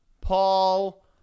Paul